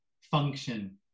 function